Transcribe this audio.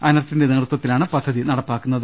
അനർട്ടിന്റെ നേതൃത്വത്തിലാണ് പദ്ധതി നടപ്പിലാക്കുന്നത്